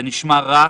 זה נשמע רע,